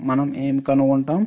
మనం ఏమి కనుగొంటాము